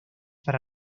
para